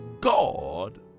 God